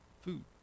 food